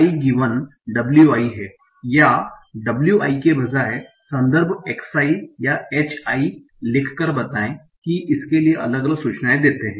wi है या w i के बजाय संदर्भ x i या hi लिखकर बताएं कि इसके लिए अलग अलग सूचनाएं देते है